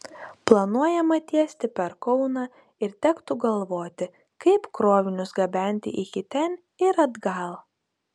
planuojama tiesti per kauną ir tektų galvoti kaip krovinius gabenti iki ten ir atgal